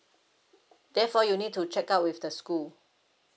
therefore you need to check up with the school